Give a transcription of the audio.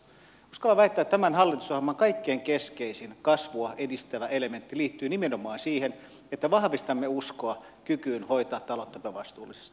uskallan väittää että tämän hallitusohjelman kaikkein keskeisin kasvua edistävä elementti liittyy nimenomaan siihen että vahvistamme uskoa kykyyn hoitaa talouttamme vastuullisesti